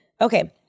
Okay